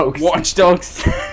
Watchdogs